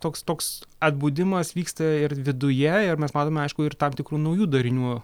toks toks atbudimas vyksta ir viduje ir mes matome aišku ir tam tikrų naujų darinių